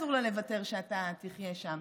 אסור לה לוותר על זה שאתה תגור שם.